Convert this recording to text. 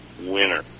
winner